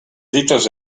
dites